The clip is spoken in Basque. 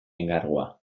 enkargua